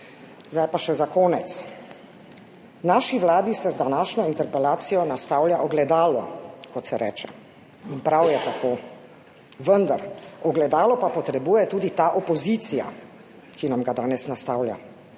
Zdaj pa še za konec. Naši vladi se z današnjo interpelacijo nastavlja ogledalo, kot se reče, in prav je tako, vendar pa ogledalo potrebuje tudi opozicija, ki nam ga danes nastavlja.